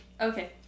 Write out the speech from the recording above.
Okay